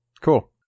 cool